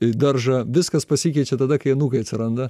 į daržą viskas pasikeičia tada kai anūkai atsiranda